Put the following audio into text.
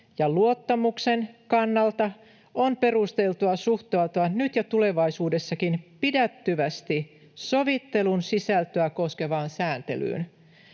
luottamuksen kannalta on perusteltua suhtautua nyt ja tulevaisuudessakin pidättyvästi sovittelun sisältöä koskevaan sääntelyyn.